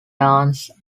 dance